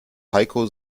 heiko